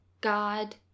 God